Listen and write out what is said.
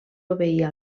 obeïa